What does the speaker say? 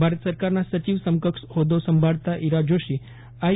ભારત સરકારના સચિવ સમકક્ષ હોદ્દો સંભાળતા ઇરા જોશી આઇ